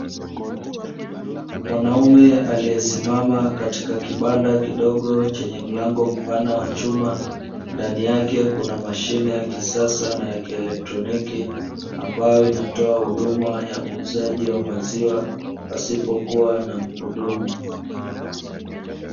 Mwanaume aliyesimama katika kibanda kidogo chenye mlango mpana wa chuma, ndani yake kuna mashine ya kisasa na ya kielektroniki ambayo inatoa huduma ya uuzaji wa maziwa pasipo kuwa na mhudumu.